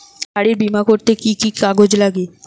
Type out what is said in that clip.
গাড়ীর বিমা করতে কি কি কাগজ লাগে?